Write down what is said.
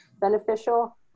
beneficial